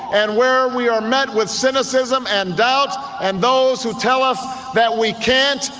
and where we are met with cynicism and doubt and those who tell us that we can't,